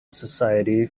society